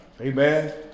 amen